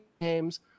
games